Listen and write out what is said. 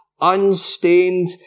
unstained